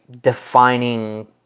defining –